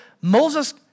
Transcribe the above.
Moses